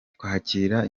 twakira